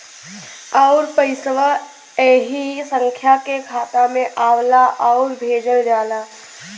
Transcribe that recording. आउर पइसवा ऐही संख्या के खाता मे आवला आउर भेजल जाला